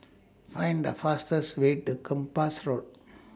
Find The fastest Way to Kempas Road